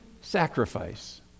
sacrifice